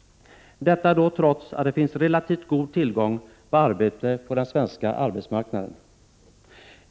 — detta trots att det finns relativt god tillgång på arbete på den svenska arbetsmarknaden.